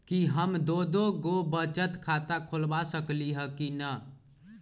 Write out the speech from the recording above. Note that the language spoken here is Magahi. कि हम दो दो गो बचत खाता खोलबा सकली ह की न?